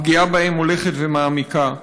הפגיעה בהם הולכת ומעמיקה.